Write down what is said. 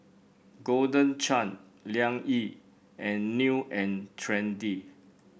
Golden Chance Liang Yi and New And Trendy